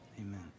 amen